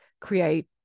create